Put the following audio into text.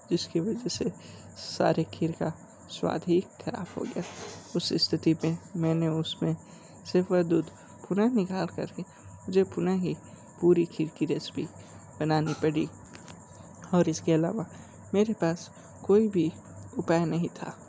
जिसकी वजह से सारी खीर का स्वाद ही खराब हो गया उस स्थिति में मैंने उसमें सिर्फ़ वह दूध पुनः निकाल करके मुझे पुनः ही पूरी खीर की रेसिपी बनानी पड़ी और इसके अलावा मेरे पास कोई भी उपाय नहीं था